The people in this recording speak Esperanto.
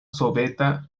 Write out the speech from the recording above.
soveta